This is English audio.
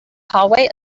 hallway